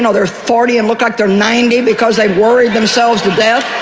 and they're forty and look like they're ninety because they worried themselves to death.